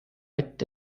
ette